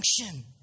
function